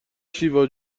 شیوا